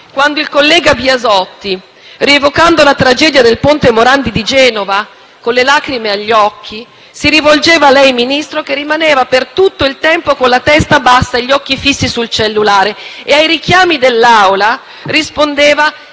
quando il collega Biasotti, rievocando la tragedia del ponte Morandi di Genova con le lacrime agli occhi, si rivolgeva a lei, Ministro, che rimase per tutto il tempo con la testa bassa e gli occhi fissi sul cellulare e ai richiami dell'Assemblea rispondeva